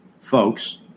folks